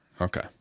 Okay